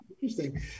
Interesting